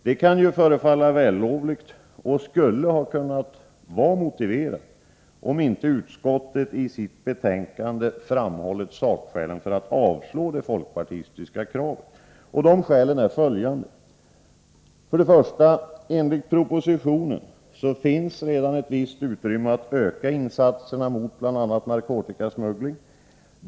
Det kan förefalla vällovligt och skulle ha kunnat vara motiverat, om man inte ser på de sakskäl som utskottet i sitt betänkande framfört för att avslå det folkpartistiska kravet. De skälen är följande: För det första finns det enligt propositionen redan ett visst utrymme för att öka insatserna mot bl.a. narkotikasmuggling.